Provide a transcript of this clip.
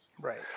Right